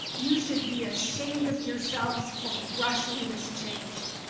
you should be ashamed of yourselves for rushing this change.